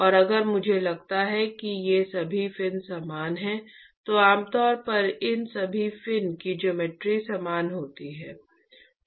और अगर मुझे लगता है कि ये सभी फिन समान है तो आमतौर पर इन सभी फिन की ज्योमेट्री समान होती है